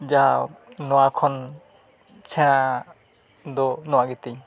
ᱡᱟᱣ ᱱᱚᱣᱟ ᱠᱷᱚᱱ ᱤᱪᱪᱷᱟ ᱫᱚ ᱱᱚᱣᱟ ᱜᱮᱛᱤᱧ